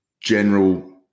general